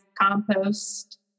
compost